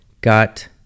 got